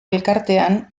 elkartean